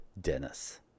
Dennis